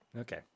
Okay